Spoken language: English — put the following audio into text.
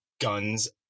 guns